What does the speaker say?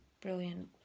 brilliant